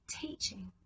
teaching